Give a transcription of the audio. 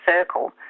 circle